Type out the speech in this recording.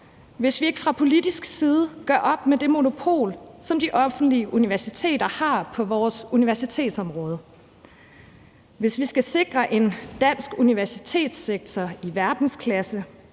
hvis vi ikke fra politisk side gør op med det monopol, som de offentlige universiteter har på vores universitetsområde. Hvis vi skal sikre en dansk universitetssektor i verdensklasse,